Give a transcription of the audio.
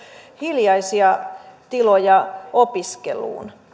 hiljaisia tiloja opiskeluun